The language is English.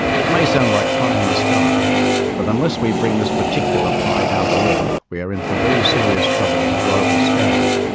it may sound like pie-in-the-sky, but unless we bring this particular pie down to earth we are in for very serious trouble on a global scale.